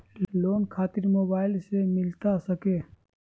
Loan खातिर mobile से मिलता सके?